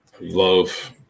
love